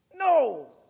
No